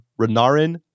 Renarin